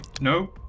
no